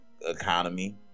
economy